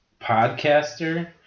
podcaster